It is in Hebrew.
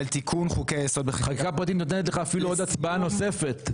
חקיקה פרטית נותנת לך אפילו עוד הצבעה נוספת.